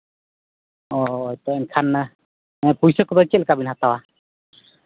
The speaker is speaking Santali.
ᱚᱻ ᱛᱚ ᱮᱱᱠᱷᱟᱱ ᱯᱩᱭᱥᱟᱹ ᱠᱚᱫᱚ ᱪᱮᱫ ᱞᱮᱠᱟ ᱵᱤᱱ ᱦᱟᱛᱟᱣᱟ